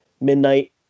Midnight